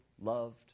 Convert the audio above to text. loved